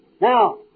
Now